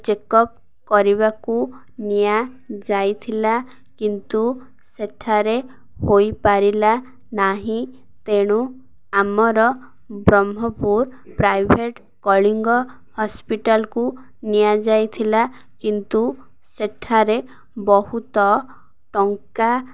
checkup କରିବାକୁ ନିଆଯାଇଥିଲା କିନ୍ତୁ ସେଠାରେ ହୋଇପାରିଲା ନାହିଁ ତେଣୁ ଆମର ବ୍ରହ୍ମପୁର ପ୍ରାଇଭେଟ୍ କଳିଙ୍ଗ ହସ୍ପିଟାଲକୁ ନିଆଯାଇଥିଲା କିନ୍ତୁ ସେଠାରେ ବହୁତ ଟଙ୍କା